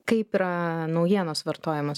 kaip yra naujienos vartojamos